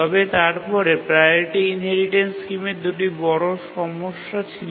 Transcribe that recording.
তবে তারপরে priority inheritance স্কিমের দুটি বড় সমস্যা ছিল